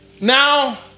now